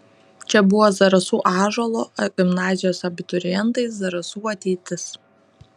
čia buvo zarasų ąžuolo gimnazijos abiturientai zarasų ateitis